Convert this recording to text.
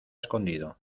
escondido